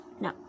no